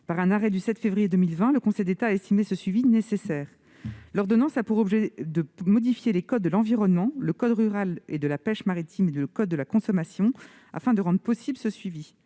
Par un arrêt du 7 février 2020, le Conseil d'État a estimé que ce suivi était nécessaire. L'ordonnance a pour objet de modifier le code de l'environnement, le code rural et de la pêche maritime et le code de la consommation afin de le rendre possible.